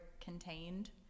contained